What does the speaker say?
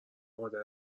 مادر